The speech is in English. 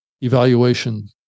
evaluation